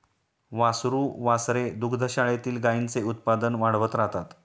वासरू वासरे दुग्धशाळेतील गाईंचे उत्पादन वाढवत राहतात